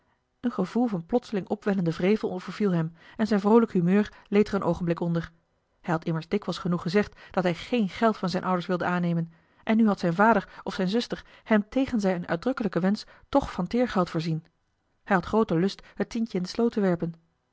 een gevoel van plotseling opwellenden wrevel overviel hem en zijn vroolijk humeur leed er een oogenblik onder hij had immers dikwijls genoeg gezegd dat hij geen geld van zijne ouders wilde aannemen en nu eli heimans willem roda had zijn vader of zijne zuster hem tegen zijn uitdrukkelijken wensch toch van teergeld voorzien hij had grooten lust het tientje in de sloot te werpen